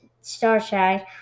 starshine